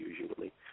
usually